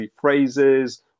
phrases